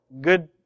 Good